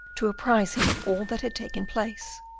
to apprise him of all that had taken place.